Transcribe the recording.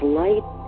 light